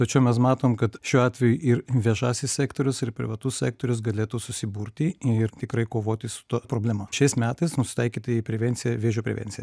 tačiau mes matom kad šiuo atveju ir viešasis sektorius ir privatus sektorius galėtų susiburti ir tikrai kovoti su ta problema šiais metais nusitaikyta į prevenciją vėžio prevenciją